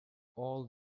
all